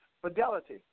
Fidelity